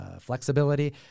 flexibility